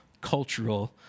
cultural